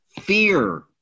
fear